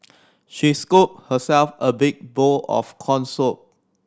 she scooped herself a big bowl of corn soup